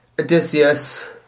Odysseus